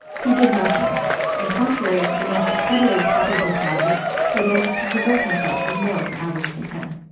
he did nothing and contrary to the most accredited copy-book logic, he managed to divert himself with more than average content.